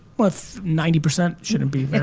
what if ninety percent shouldn't be